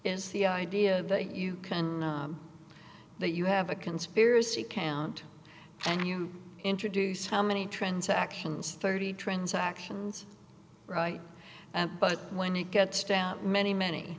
is the idea that you can that you have a conspiracy count and you introduce how many transactions thirty transactions right but when it gets down many many